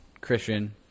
Christian